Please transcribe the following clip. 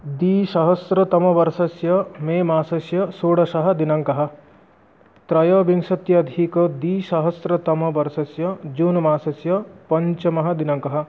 द्विसहस्रतमवर्षस्य मे मासस्य षोडशः दिनाङ्कः त्रयोविंशत्यधिकद्विसहस्रतमवर्षस्य जून् मासस्य पञ्चमः दिनाङ्कः